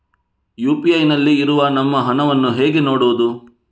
UPI ನಲ್ಲಿ ಇರುವ ನಮ್ಮ ಹಣವನ್ನು ಹೇಗೆ ನೋಡುವುದು?